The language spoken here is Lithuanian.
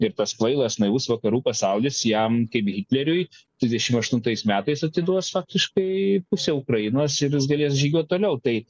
ir tas kvailas naivus vakarų pasaulis jam kaip hitleriui trisdešimt aštuntais metais atiduos faktiškai pusę ukrainos galės žygiuot toliau tai